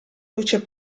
luce